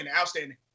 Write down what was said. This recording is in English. Outstanding